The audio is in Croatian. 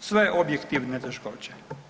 sve objektivne teškoće.